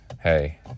hey